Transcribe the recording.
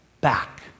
back